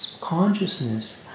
Consciousness